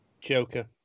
Joker